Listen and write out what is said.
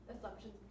assumptions